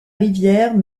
rivière